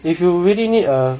if you really need a